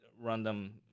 random